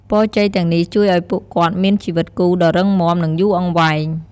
ពរជ័យទាំងនេះជួយឲ្យពួកគាត់មានជីវិតគូដ៏រឹងមាំ និងយូរអង្វែង។